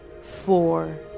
four